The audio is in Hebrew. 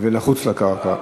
ונחוץ לקרקע.